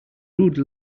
rude